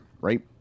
right